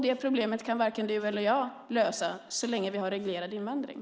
Det problemet kan varken du eller jag lösa så länge vi har reglerad invandring.